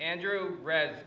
andrew read